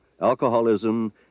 alcoholism